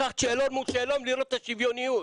לקחת שאלון מול שאלון לראות את השוויוניות.